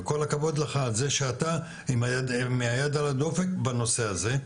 וכל הכבוד לך על זה שאתה עם היד על הדופק בנושא הזה.